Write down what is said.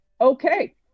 okay